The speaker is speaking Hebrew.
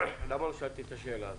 למה לא שאלתי את השאלה הזאת?